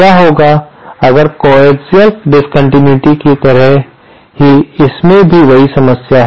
क्या होगा अगर कोएक्सिअल डिस्कन्टिन्यूइटीएस की तरह ही इसमें भी वही समस्या है